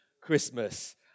Christmas